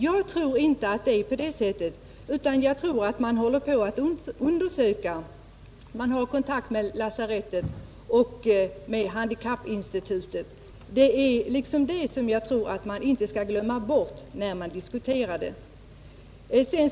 Jag tror inte att det är på det sättet, utan jag tror att man håller på att undersöka frågan — man har kontakt med lasarettet och med handikappinstitutet. Det är denna noggranna handläggning av ansökningarna som man inte skall glömma bort när man diskuterar den här saken.